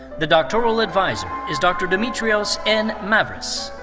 the doctoral adviser is dr. dimitrios n. mavris.